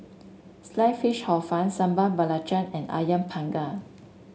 Sliced Fish Hor Fun Sambal Belacan and ayam Panggang